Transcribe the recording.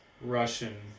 Russian